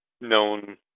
known